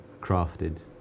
crafted